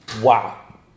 Wow